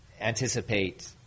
anticipate